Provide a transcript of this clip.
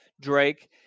Drake